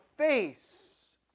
face